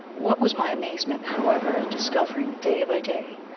what was my amazement, however, at discovering, day by day,